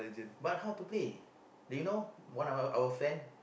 but how to play they you know one our our friend